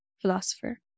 philosopher